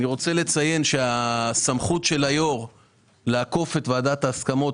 אני רוצה לציין שהסמכות של היו"ר לעקוף את ועדת ההסכמות